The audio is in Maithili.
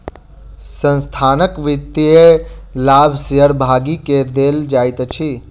संस्थानक वित्तीय लाभ शेयर भागी के देल जाइत अछि